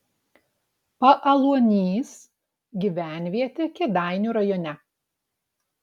paaluonys gyvenvietė kėdainių rajone